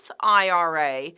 IRA